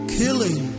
killing